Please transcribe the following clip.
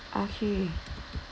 okay